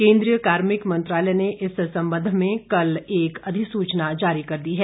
केन्द्रीय कार्मिक मंत्रालय ने इस संबंध में कल एक अधिसूचना जारी कर दी है